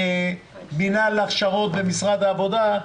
מנהל הכשרות במשרד העבודה.